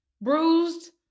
bruised